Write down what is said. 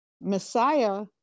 Messiah